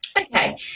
Okay